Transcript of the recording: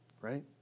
right